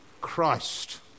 Christ